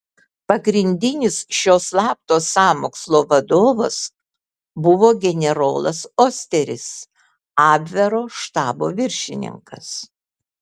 pagrindinis šio slapto sąmokslo vadovas buvo generolas osteris abvero štabo viršininkas